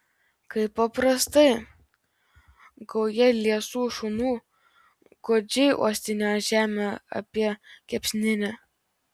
kaip paprastai gauja liesų šunų godžiai uostinėjo žemę apie kepsninę